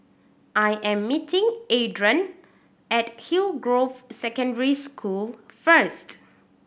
I am meeting Adron at Hillgrove Secondary School first